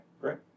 great